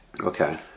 Okay